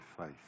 faith